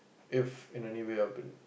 if in a new way open